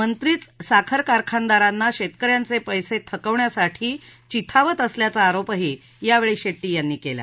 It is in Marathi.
मंत्रीच साखर कारखानदारांना शेतकऱ्यांचे पैसे थकवण्यासाठी चिथावत असल्याचा आरोपही यावेळी शेड्टी यांनी केला